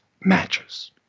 matches